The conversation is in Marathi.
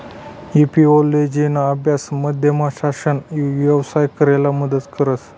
एपिओलोजिना अभ्यास मधमाशासना यवसाय कराले मदत करस